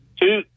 two